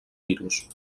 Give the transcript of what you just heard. virus